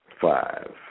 Five